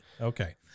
Okay